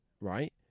Right